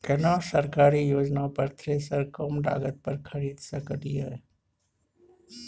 केना सरकारी योजना पर थ्रेसर कम लागत पर खरीद सकलिए?